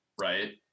right